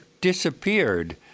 disappeared